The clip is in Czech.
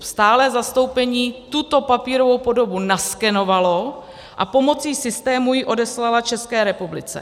Stálé zastoupení tuto papírovou podobu naskenovalo a pomocí systému ji odeslalo České republice.